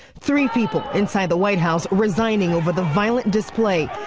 three people inside the white house resigning over the violent display.